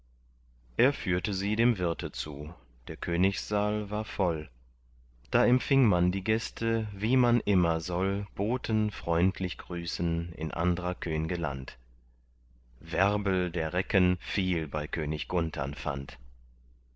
er führte sie dem wirte zu der königssaal war voll da empfing man die gäste wie man immer soll boten freundlich grüßen in andrer könge land werbel der recken viel bei könig gunthern fand